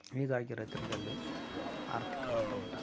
ಹೀಗಾಗಿರೋ ದಿನದಲ್ಲಿ ಆರ್ಥಿಕ ಹೊಡೆತ ಉಂಟಾಗುತ್ತೆ